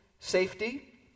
Safety